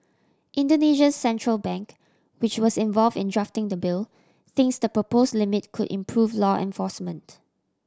Indonesia's central bank which was involved in drafting the bill thinks the proposed limit could improve law enforcement